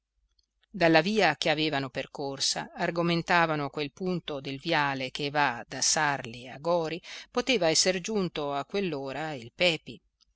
dalla via che avevano percorsa argomentavano a qual punto del viale che va da sarli a gori poteva esser giunto a quell'ora il pepi